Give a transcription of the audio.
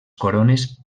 corones